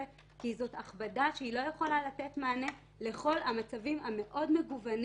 כי זאת הכבדה שלא יכולה לתת מענה לכל המצבים המגוונים